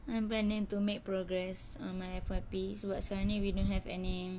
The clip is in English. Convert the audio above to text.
I'm planning to make progress on my F_Y_P sebab sekarang ni we don't have any